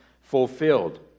fulfilled